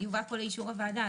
לאישור הוועדה.